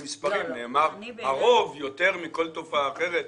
נאמר: "הרוב, יותר מכל תופעה אחרת"